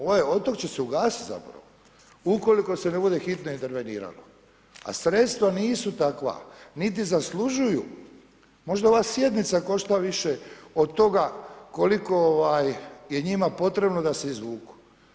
Ovaj otok će se ugasiti zapravo ukoliko se ne bude hitno interveniralo, a sredstva nisu takva niti zaslužuju, možda ova sjednica košta više od toga koliko je njima potrebno da se izvuku.